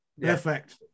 Perfect